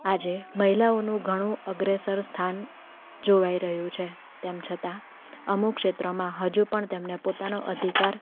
આજે મહિલાઓનું ઘણું અગ્રેસર સ્થાન જોવાઈ રહ્યું છે તેમ છતાં અમુક ક્ષેત્રમાં હજુ પણ તેમનો પોતાનો અધિકાર